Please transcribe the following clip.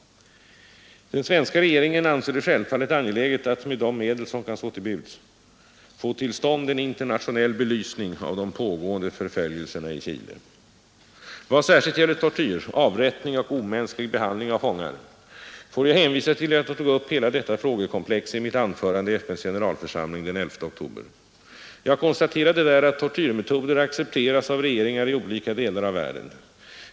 Den svenska regeringen anser det självfallet angeläget att med de medel som kan stå till buds få till stånd en internationell belysning av de pågående förföljelserna i Chile. Vad särskilt gäller tortyr, avrättningar och omänsklig behandling av fångar får jag hänvisa till att jag tog upp hela detta frågekomplex i mitt anförande i FN:s generalförsamling den 11 oktober. Jag konstaterade där att tortyrmetoder accepteras av regeringar i olika delar av världen.